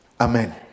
Amen